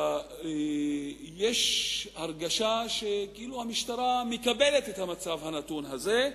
לפחות יש הרגשה שכאילו המשטרה מקבלת את המצב הנתון הזה,